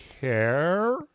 care